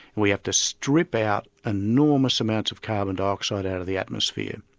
we have to strip out enormous amounts of carbon dioxide out of the atmosphere,